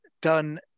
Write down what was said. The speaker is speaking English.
done